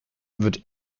wird